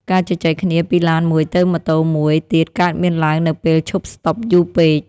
ការជជែកគ្នាពីឡានមួយទៅម៉ូតូមួយទៀតកើតមានឡើងនៅពេលឈប់ស្ដុបយូរពេក។